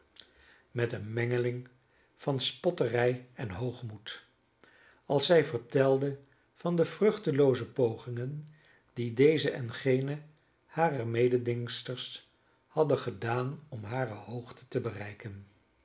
met een mengeling van spotterij en hoogmoed als zij vertelde van de vruchtelooze pogingen die deze en gene harer mededingsters hadden gedaan om hare hoogte te bereiken